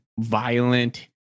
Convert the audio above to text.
violent